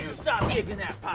stop kicking that